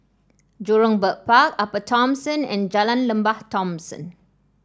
Jurong Bird Park Upper Thomson and Jalan Lembah Thomson